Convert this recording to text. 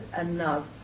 enough